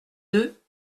deux